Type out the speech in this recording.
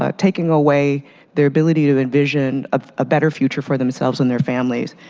um taking away their ability to envision ah a better future for themselves and their families.